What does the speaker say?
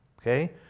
Okay